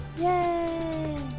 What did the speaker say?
Yay